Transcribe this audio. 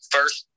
First